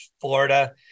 Florida